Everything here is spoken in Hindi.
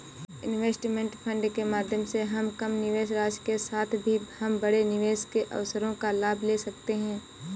इनवेस्टमेंट फंड के माध्यम से हम कम निवेश राशि के साथ भी हम बड़े निवेश के अवसरों का लाभ ले सकते हैं